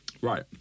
Right